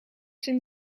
zijn